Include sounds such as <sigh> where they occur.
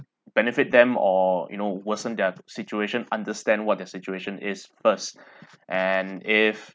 benefit them or you know worsen their situation understand what their situation is first <breath> and if